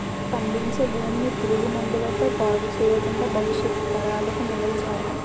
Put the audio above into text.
పండించే భూమిని పురుగు మందుల తో పాడు చెయ్యకుండా భవిష్యత్తు తరాలకు మిగల్చాలి